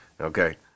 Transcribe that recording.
Okay